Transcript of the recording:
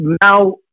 now